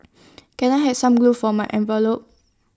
can I have some glue for my envelopes